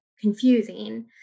confusing